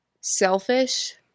selfish